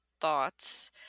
thoughts